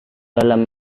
dalam